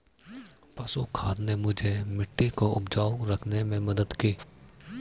पशु खाद ने मुझे मिट्टी को उपजाऊ रखने में मदद की